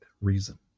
reason